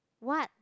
what